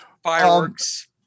fireworks